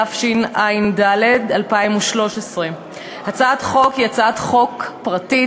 התשע"ד 2013. הצעת החוק היא הצעת חוק פרטית